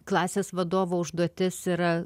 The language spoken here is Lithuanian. klasės vadovo užduotis yra